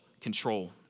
control